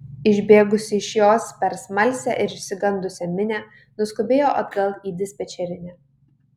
išbėgusi iš jos per smalsią ir išsigandusią minią nuskubėjo atgal į dispečerinę